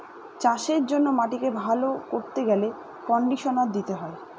চাষের জন্য মাটিকে ভালো করতে গেলে কন্ডিশনার দিতে হয়